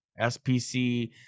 SPC